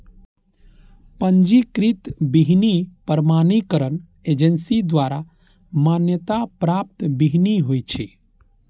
पंजीकृत बीहनि प्रमाणीकरण एजेंसी द्वारा मान्यता प्राप्त बीहनि होइ छै